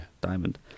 diamond